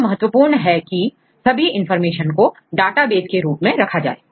यह महत्वपूर्ण है की सभी इंफॉर्मेशन को डेटाबेस के रूप में रखा जाए